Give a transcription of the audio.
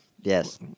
Yes